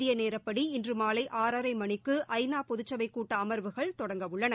இந்திய நேரப்படி இன்று மாலை ஆறரை மணிக்கு ஐநா பொதுச்சபை கூட்ட அமர்வுகள் தொடங்கவுள்ளன